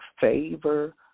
Favor